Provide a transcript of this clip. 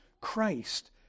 Christ